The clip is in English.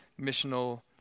missional